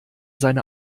seine